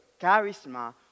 charisma